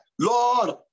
Lord